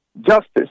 justice